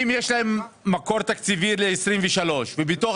אם יש להם מקור תקציבי ל-2023 ובתוך